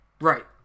Right